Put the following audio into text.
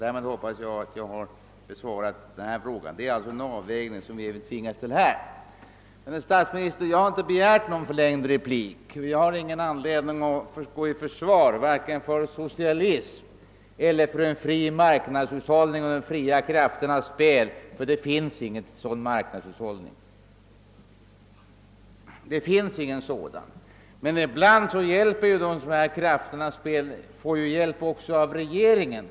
Därmed hoppas jag att jag har besvarat frågan. Vi tvingas alltså att göra en avvägning. Jag har, herr statsminister, inte begärt förlängd replik, eftersom jag inte har anledning att försvara varken socialism eller en fri marknadshushållning och ett de fria krafternas spel. Dessutom finns ingen sådan marknadshushållning. Ibland får emellertid de fria krafternas spel hjälp av regeringen.